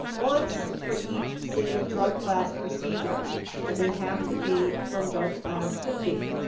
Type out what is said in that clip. once for each single drug class procedure and they have to be from drug class b.